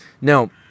Now